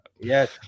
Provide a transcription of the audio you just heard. Yes